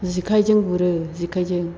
जेखाइजों गुरो जेखाइजों